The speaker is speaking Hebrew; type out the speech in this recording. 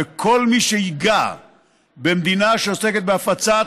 וכל מי שייגע במדינה שעוסקת בהפצת